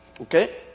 Okay